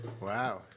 Wow